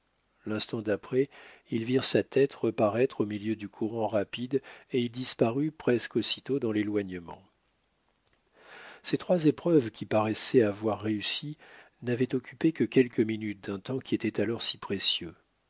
l'instant d'après ils virent sa tête reparaître au milieu du courant rapide et il disparut presque aussitôt dans l'éloignement ces trois épreuves qui paraissaient avoir réussi n'avaient occupé que quelques minutes d'un temps qui était alors si précieux